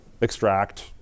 extract